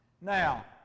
Now